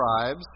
tribes